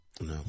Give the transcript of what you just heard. No